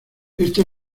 esta